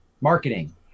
Marketing